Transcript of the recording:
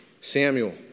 Samuel